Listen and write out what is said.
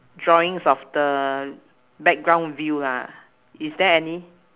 drawings of the background view ah is there any